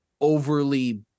overly